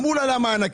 אמרו לה על המענקים,